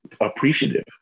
appreciative